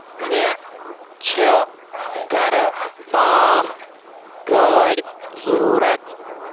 مے چِھ گَرٕ تام گٲڑۍ ضرورت